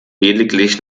lediglich